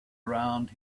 around